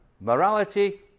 Morality